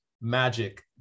magic